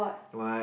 what